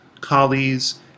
collies